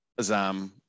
Azam